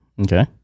Okay